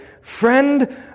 friend